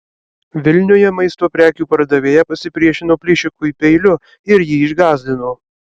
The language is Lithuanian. vilniuje maisto prekių pardavėja pasipriešino plėšikui peiliu ir jį išgąsdino